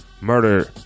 murder